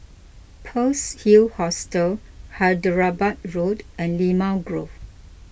Pearl's Hill Hostel Hyderabad Road and Limau Grove